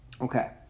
Okay